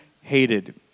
hated